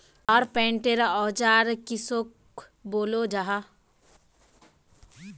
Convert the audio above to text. Carpenter औजार किसोक बोलो जाहा?